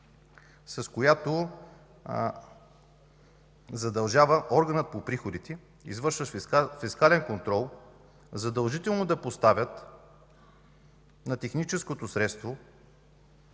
с която задължава органа по приходите, извършващ фискален контрол, задължително да поставят на транспортното средство